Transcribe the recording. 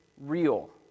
real